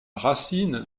racine